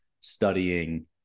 studying